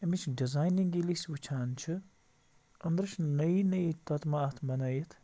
اَمِچ ڈِزاینِنٛگ ییٚلہِ أسۍ وُچھان چھِ أنٛدرٕ چھِ نٔیی نٔیی تۅتمہٕ اَتھ بَنٲوِتھ